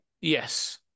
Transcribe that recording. Yes